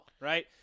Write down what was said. right